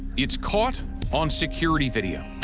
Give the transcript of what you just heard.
it's caught on security video.